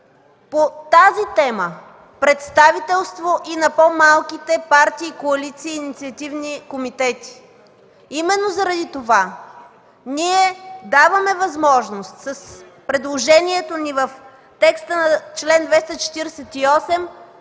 по тази тема – представителство и на по-малките партии, коалиции и инициативни комитети? Именно заради това ние даваме възможност с предложението ни в текста на чл. 248